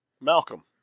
Malcolm